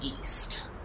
east